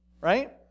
right